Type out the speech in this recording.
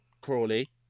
Crawley